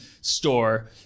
store